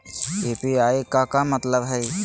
UPI के का मतलब हई?